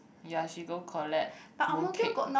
ya she go collect mooncake